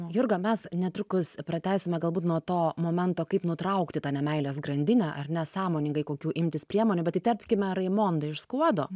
jurga mes netrukus pratęsime galbūt nuo to momento kaip nutraukti tą nemeilės grandinę ar ne sąmoningai kokių imtis priemonių bet įterpkime raimondą iš skuodo